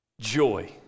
joy